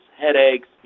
headaches